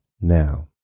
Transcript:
now